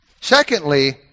Secondly